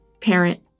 parent